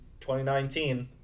2019